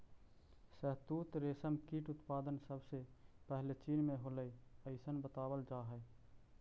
शहतूत रेशम कीट उत्पादन सबसे पहले चीन में होलइ अइसन बतावल जा हई